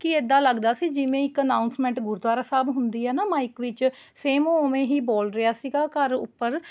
ਕਿ ਇੱਦਾਂ ਲੱਗਦਾ ਸੀ ਜਿਵੇਂ ਇੱਕ ਅਨਾਊਂਸਮੈਂਟ ਗੁਰਦੁਆਰਾ ਸਾਹਿਬ ਹੁੰਦੀ ਹੈ ਨਾ ਮਾਈਕ ਵਿੱਚ ਸੇਮ ਉਹ ਉਵੇਂ ਹੀ ਬੋਲ ਰਿਹਾ ਸੀਗਾ ਘਰ ਉੱਪਰ